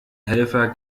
helfer